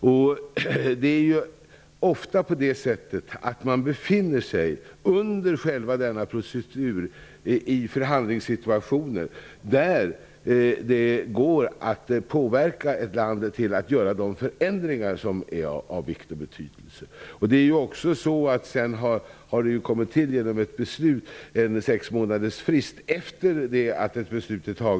Under denna procedur befinner man sig ofta i förhandlingssituationer, där det går att påverka ett land att göra de förändringar som är av vikt och betydelse. Dessutom har det tillkommit en sexmånadersfrist efter det att beslut har fattats.